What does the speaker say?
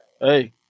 Hey